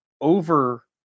over